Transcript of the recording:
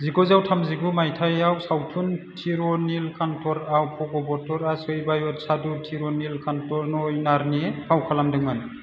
जिगुजौ थामजिगु मायथाइआव सावथुन तिरुनीलकांतरआव भगवतरआ शैवाइत साधु तिरुनीलकांत नयनारनि फाव खालामदोंमोन